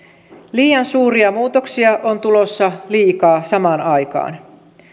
liian suuria muutoksia on tulossa liikaa samaan aikaan